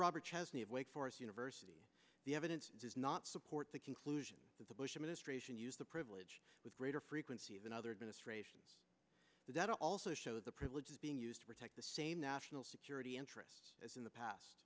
roberts has named wake forest university the evidence does not support the conclusion that the bush administration used the privilege with greater frequency than other administrations that also show the privileges being used to protect the same national security interests as in the past